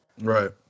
Right